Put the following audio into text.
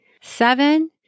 Seven